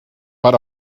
per